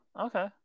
Okay